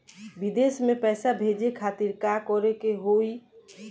विदेश मे पैसा भेजे खातिर का करे के होयी?